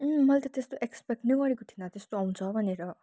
मैले त्यस्तो एक्सपेक्ट नै गरेको थिइनँ त्यस्तो आउँछ भनेर